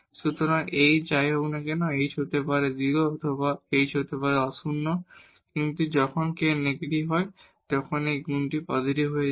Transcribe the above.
সুতরাং h যাই হোক না কেন h হতে পারে 0 অথবা h হতে পারে অ শূন্য কিন্তু যখন k নেগেটিভ হয় তখন এই গুনটি পজিটিভ হয়ে যাবে